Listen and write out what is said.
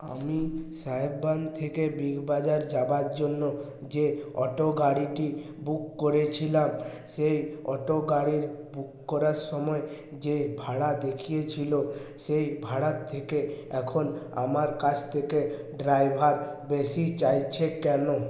আমি সাহেব বাঁধ থেকে Big Bazaar যাবার জন্য যে অটো গাড়িটি বুক করেছিলাম সেই অটো গাড়ির বুক করার সময় যে ভাড়া দেখিয়েছিল সেই ভাড়ার থেকে এখন আমার কাছ থেকে ড্রাইভার বেশি চাইছে কেন